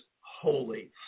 holy